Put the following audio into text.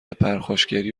پرخاشگری